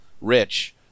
Rich